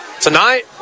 Tonight